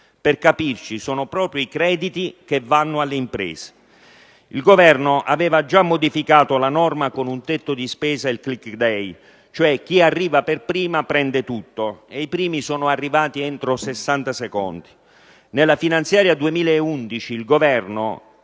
per capirci, sono proprio i crediti che vanno alle imprese. Il Governo aveva già modificato la norma con un tetto di spesa tipo *click day*: chi arriva per primo prende tutto, e i primi sono arrivati entro 60 secondi. Nella finanziaria 2011 il Governo